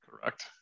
Correct